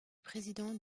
président